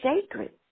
sacred